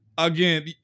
Again